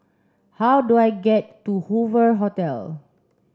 how do I get to Hoover Hotel